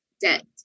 debt